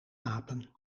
apen